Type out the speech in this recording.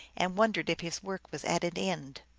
and wondered if his work was at an end.